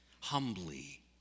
humbly